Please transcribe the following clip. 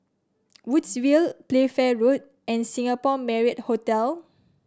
Woodsville Playfair Road and Singapore Marriott Hotel